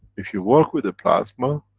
if you work with the plasma,